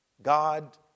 God